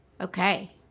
Okay